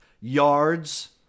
yards